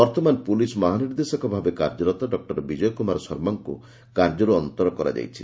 ବର୍ଉମାନ ପୁଲିସ୍ ମହାନିର୍ଦ୍ଦେଶକ ଭାବେ କାର୍ଯ୍ୟରତ ଡକୁର ବିଜୟ କୁମାର ଶର୍ମାଙ୍କୁ କାର୍ଯ୍ୟରୁ ଅନ୍ତର କରାଯାଇଛି